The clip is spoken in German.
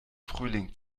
frühling